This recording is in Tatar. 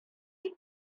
дип